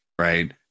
Right